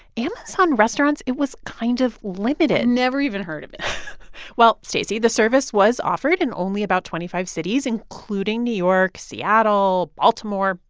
amazon restaurants it was kind of limited never even heard of it well, stacey, the service was offered in only about twenty five cities, including new york, seattle, baltimore,